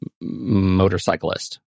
motorcyclist